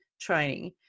training